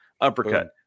uppercut